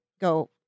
go-